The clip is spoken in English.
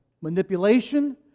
manipulation